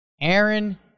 Aaron